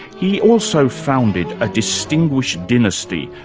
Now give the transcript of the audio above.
he also founded a distinguished dynasty,